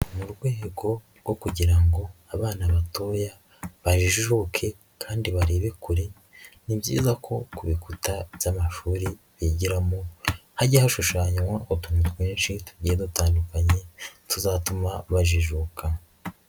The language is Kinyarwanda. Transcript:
Mu rwego rwo kugira ngo abana batoya bajijuke kandi barebe kure, ni byiza ko ku bikuta by'amashuri bigiramo hajya hashushanywa utuntu twinshi tugiye dutandukanye tuzatuma bajijuka.